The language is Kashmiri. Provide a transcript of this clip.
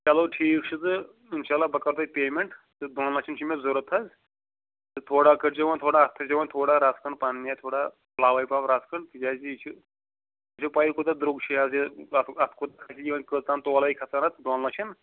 چلو ٹھیٖک چھُ تہٕ اِنشاء اللہ بہٕ کَرٕ تۄہہِ پیمٮ۪نٛٹ تہٕ دۄن لَچھَن چھُ مےٚ ضروٗرت حظ تہٕ تھوڑا کٔرۍزیٚو وۅنۍ تھوڑا اَتھ تھٲوِزیٚو وۅنۍ تھوڑا رَژھ کھنٛڈ پَنٕنۍ اَتھ تھوڑا علاوَے پہن رژھ کھنٛڈ تِکیٛازِ یہِ چھُ یہِ چھُ پَے یہِ کوٗتاہ درٛۅگ چھُ حظ یہِ اَتھ اَتھ کوٗتاہ کھسہِ یورٕ کٔژتام تولے کھسان حظ دۄن لَچھَن